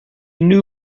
new